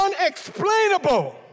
Unexplainable